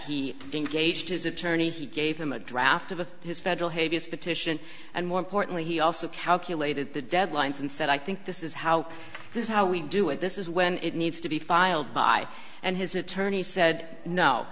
he engaged his attorney he gave him a draft of his federal hades petition and more importantly he also calculated the deadlines and said i think this is how this is how we do it this is when it needs to be filed by and his attorney said no